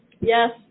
Yes